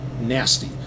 nasty